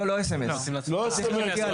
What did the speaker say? לא, לא S.M.S. לא S.M.S, בדואר.